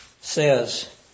says